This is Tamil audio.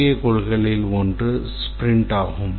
முக்கிய கொள்கைகளில் ஒன்று ஸ்பிரிண்ட் ஆகும்